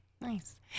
Nice